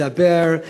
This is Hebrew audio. לדבר,